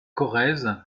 corrèze